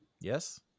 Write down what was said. Yes